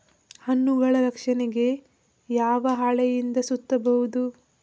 ಹಣ್ಣುಗಳ ರಕ್ಷಣೆಗೆ ಯಾವ ಹಾಳೆಯಿಂದ ಸುತ್ತಬಹುದು?